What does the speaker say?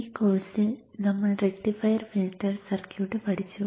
ഈ കോഴ്സിൽ നമ്മൾ റക്റ്റിഫയർ ഫിൽട്ടർ സർക്യൂട്ട് പഠിച്ചു